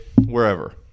wherever